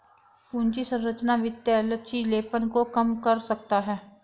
पूंजी संरचना वित्तीय लचीलेपन को कम कर सकता है